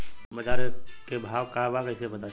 बाजार के भाव का बा कईसे पता चली?